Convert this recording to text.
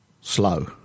slow